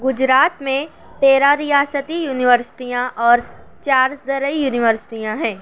گجرات میں تیرہ ریاستی یونیورسٹیاں اور چار زرعی یونیورسٹیاں ہیں